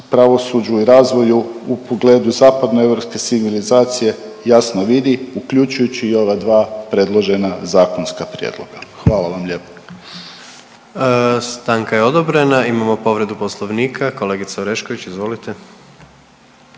pravosuđu i razvoju u pogledu zapadnoeuropske civilizacije jasno vidi uključujući i ova dva predložena zakonska prijedloga. Hvala vam lijepo. **Jandroković, Gordan (HDZ)** Stanka je odobrena. Imamo povredu Poslovnika, kolegica Orešković izvolite.